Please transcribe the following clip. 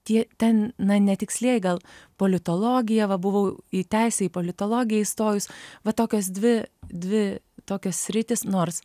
tie ten na netikslieji gal politologija va buvau į teisę į politologiją įstojus va tokios dvi dvi tokios sritys nors